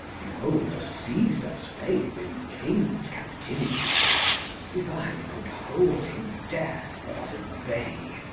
behold a caesar's fame in king's captivity if i could hold him death but at a bay,